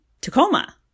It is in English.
Tacoma